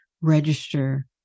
Register